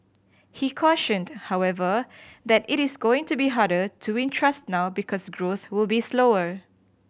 he cautioned however that it is going to be harder to win trust now because growth will be slower